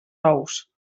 ous